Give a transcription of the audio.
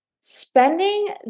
spending